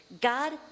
God